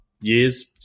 years